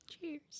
Cheers